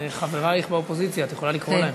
זה חברייך באופוזיציה, את יכולה לקרוא להם.